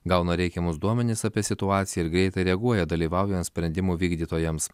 gauna reikiamus duomenis apie situaciją ir greitai reaguoja dalyvaujant sprendimų vykdytojams